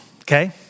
okay